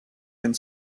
and